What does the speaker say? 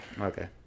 okay